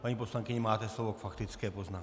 Paní poslankyně, máte slovo k faktické poznámce.